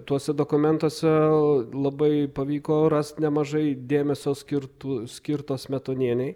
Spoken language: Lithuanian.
tuose dokumentuose labai pavyko rast nemažai dėmesio skirtų skirto smetonienei